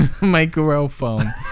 Microphone